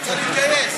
צריך להתגייס.